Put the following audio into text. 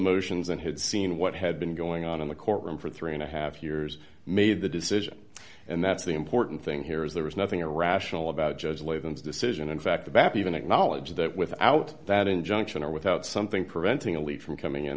motions and had seen what had been going on in the court room for three and a half years made the decision and that's the important thing here is there was nothing irrational about judge laden's decision in fact the bapi even acknowledged that without that injunction or without something preventing a leak from coming in